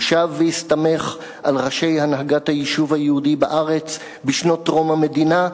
הוא שב והסתמך על ראשי הנהגת היישוב היהודי בארץ בשנות טרום המדינה,